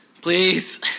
Please